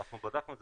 אנחנו בדקנו את זה.